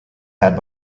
had